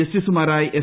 ജസ്റ്റിസുമാരായ എസ്